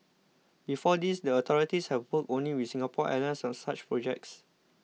before this the authorities have worked only with Singapore Airlines on such projects